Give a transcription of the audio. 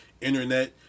internet